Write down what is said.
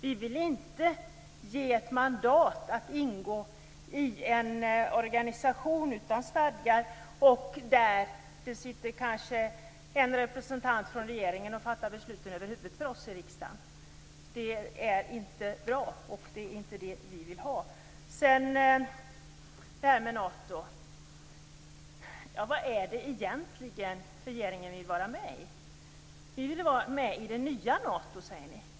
Vi vill inte ge ett mandat som låter Sverige ingå i en organisation utan stadgar, där det kanske sitter en representant för regeringen och fattar beslut över huvudet på oss i riksdagen. Det är inte bra, och det är inte det vi vill ha. Vad är det egentligen regeringen vill vara med i när det gäller Nato? Ni säger att ni vill vara med i det nya Nato.